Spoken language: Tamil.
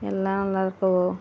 எல்லாம் நல்லாயிருக்குறோம்